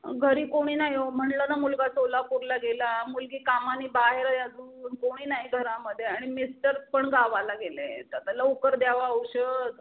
घरी कोणी नाही अहो म्हणलं ना मुलगा सोलापूरला गेला मुलगी कामाने बाहेर आहे अजून कोणी नाही घरामध्ये आणि मिस्टर पण गावाला गेले आहेत आता लवकर द्या अहो औषध